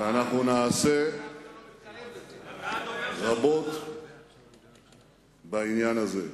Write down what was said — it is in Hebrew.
ואנחנו נעשה רבות בעניין הזה.